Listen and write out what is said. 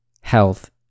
health